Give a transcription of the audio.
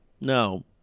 No